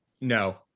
No